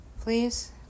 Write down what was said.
Please